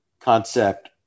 concept